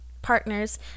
partners